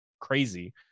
crazy